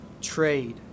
trade